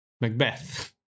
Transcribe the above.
Macbeth